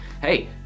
hey